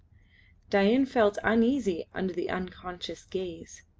dain felt uneasy under the unconscious gaze.